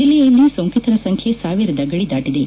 ಜಿಲ್ಲೆಯಲ್ಲಿ ಸೊಂಕಿತರ ಸಂಖ್ಯೆ ಸಾವಿರದ ಗದಿ ದಾಟಿದೆ